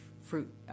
fruit